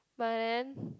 but then